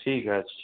ঠিক আছে